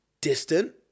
distant